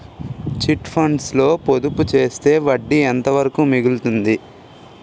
Chit funds లో పొదుపు చేస్తే వడ్డీ ఎంత వరకు మిగులుతుంది?